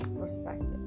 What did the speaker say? perspective